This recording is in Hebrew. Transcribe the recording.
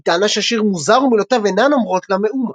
היא טענה שהשיר מוזר ומילותיו אינן אומרות לה מאומה.